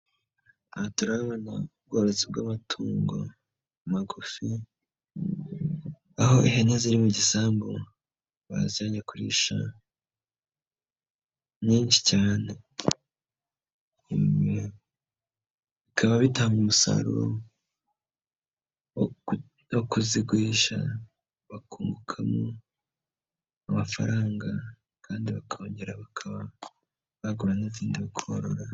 Aha turahabona ubworozi bw'amatungo magufi, aho ihene ziri mu gisambu bazijyanye kurisha nyinshi cyane. Bikaba bitanga umusaruro wo kuzigurisha, bakungukamo amafaranga, kandi bakongera bakaba bagura n'izindi bakorora.